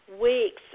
weeks